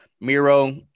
Miro